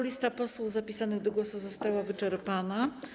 Lista posłów zapisanych do głosu została wyczerpana.